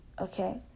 okay